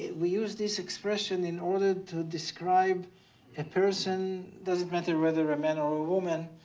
we use this expression in order to describe a person, doesn't matter whether a man or a woman,